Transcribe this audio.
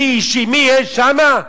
מי יהיה שם?